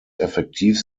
effektiv